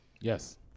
Yes